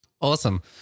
Awesome